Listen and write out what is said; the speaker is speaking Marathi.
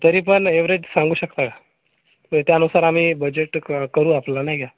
तरी पण एवरेज सांगू शकता का त्यानुसार आम्ही बजेट क करू आपला नाही का